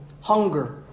hunger